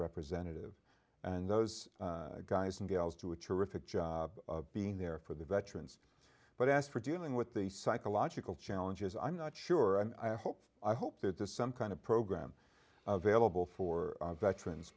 representative and those guys and gals to a terrific job being there for the veterans but as for dealing with the psychological challenges i'm not sure and i hope i hope that there's some kind of program available for veterans